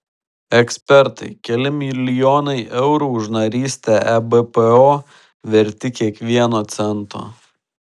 ekspertai keli milijonai eurų už narystę ebpo verti kiekvieno cento